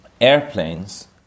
airplanes